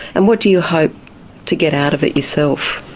and what do you hope to get out of it yourself?